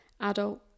adult